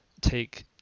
take